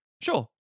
Sure